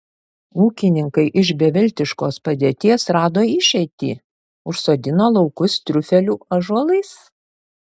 ūkininkai iš beviltiškos padėties rado išeitį užsodino laukus triufelių ąžuolais